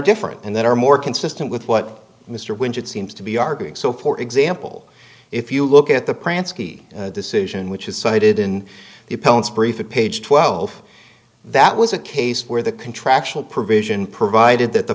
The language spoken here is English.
different and that are more consistent with what mr windsor it seems to be arguing so for example if you look at the pransky decision which is cited in the appellant's brief it page twelve that was a case where the contractual provision provided that the